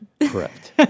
correct